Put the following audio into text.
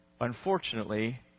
unfortunately